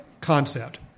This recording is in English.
concept